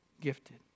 gifted